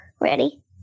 ready